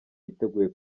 yiteguye